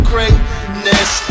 Greatness